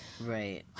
right